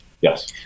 Yes